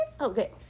okay